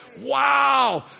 Wow